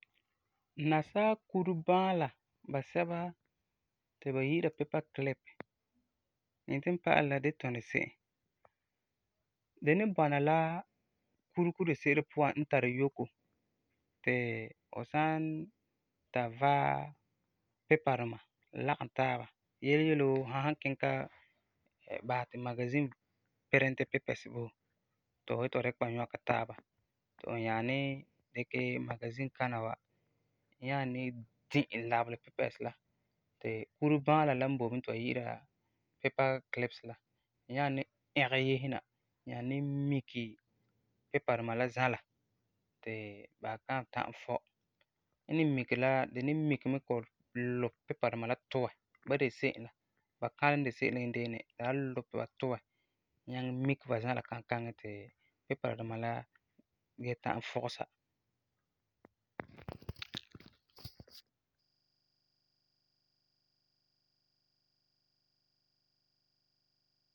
Nasaa kure-bãala basɛba ti ba yi'ira pipa kilipi. N yeti n pa'alɛ la di tuni se'em. Di ni bɔna la kurego di se'ere puan n tari yoko, ti fu san ta vaɛ pipa duma lagum taaba, yele yele wuu fu san kiŋɛ ta basɛ ti magazin pirintɛ pupɛsi bo fu ti fu yeti fu dikɛ ba nyɔkɛ taaba, ti fu nyaa ni dikɛ magazin kana wa nyaa ni di'e labelɛ pipɛsi la, ti kure-bãala la n boi bini ti ba yi'ira pipa kilipi la nyaa ni yɛgɛ yese na, nyaa ni mike pipa duma la zãla, ti ba kan ta'am fɔ. N ni mike la, di ni mike mɛ kɔ'ɔm lu pipa duma la tuɛ ba de se'em la, ba kãlɛ n de se'em yendeene, la wan lu ti la tuɛ, nyaŋɛ mike ba zãla kankaŋi ti pipa duma la da ta'am fugesa.